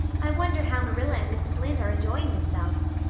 i wonder how marilla and mrs. lynde are enjoying themselves.